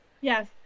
Yes